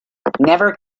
never